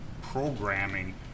programming